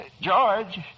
George